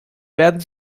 werden